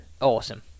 awesome